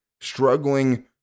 struggling